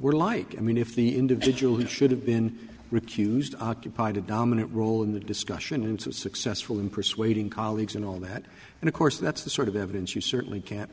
were like i mean if the individual who should have been recused occupied a dominant role in the discussion and so successful in persuading colleagues and all that and of course that's the sort of evidence you certainly can't